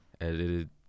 edited